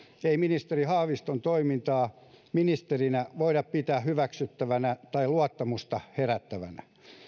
ei ministeri haaviston toimintaa ministerinä voida pitää hyväksyttävänä tai luottamusta herättävänä